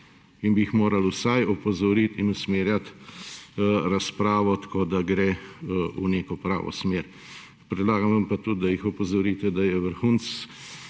In bi jih morali vsaj opozoriti in usmerjati razpravo tako, da gre v neko pravo smer. Predlagam vam pa tudi, da jih opozorite, da je vrhunec